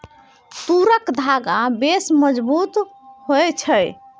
तूरक धागा बेस मजगुत होए छै